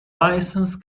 licence